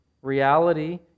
Reality